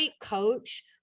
coach